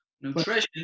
Nutrition